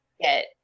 get